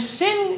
sin